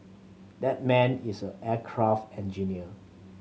that man is aircraft engineer